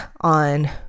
on